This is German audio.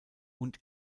und